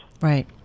Right